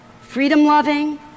freedom-loving